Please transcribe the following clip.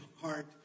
heart